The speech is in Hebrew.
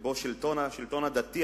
שבה השלטון הדתי,